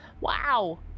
Wow